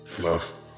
Love